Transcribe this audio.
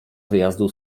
wyjazdu